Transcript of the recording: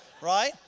right